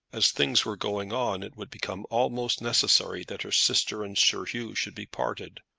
as things were going on, it would become almost necessary that her sister and sir hugh should be parted.